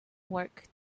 work